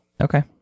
Okay